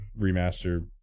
remaster